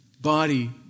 body